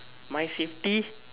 my safety